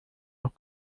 auch